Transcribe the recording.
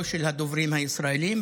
לא של הדוברים הישראלים,